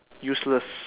useless